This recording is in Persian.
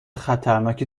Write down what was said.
خطرناک